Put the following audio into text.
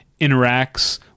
interacts